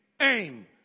aim